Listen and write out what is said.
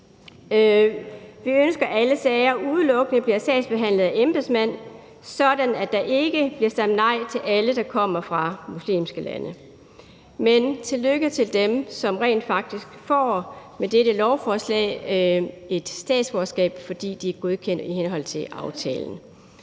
Vi ønsker, at alle sager udelukkende bliver sagsbehandlet af embedsmænd, så der ikke bliver stemt nej til alle, der kommer fra muslimske lande. Men tillykke til dem, som rent faktisk med dette lovforslag får et statsborgerskab, fordi de er godkendt i henhold til aftalen.